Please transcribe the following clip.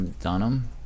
Dunham